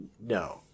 no